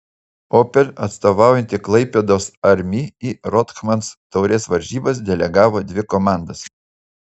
opel atstovaujanti klaipėdos armi į rothmans taurės varžybas delegavo dvi komandas